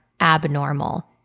abnormal